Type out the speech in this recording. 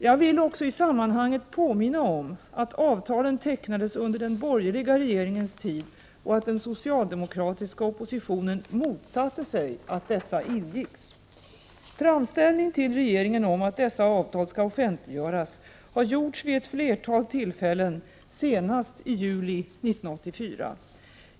Jag vill också i sammanhanget påminna om att avtalen tecknades under den borgerliga regeringens tid och att den socialdemokratiska oppositionen motsatte sig att dessa ingicks. Framställning till regeringen om att dessa avtal skall offentliggöras har gjorts vid ett flertal tillfällen, senast i juli 1984.